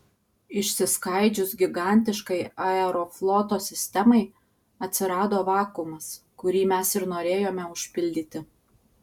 išsiskaidžius gigantiškai aerofloto sistemai atsirado vakuumas kurį mes ir norėjome užpildyti